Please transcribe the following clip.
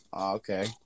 Okay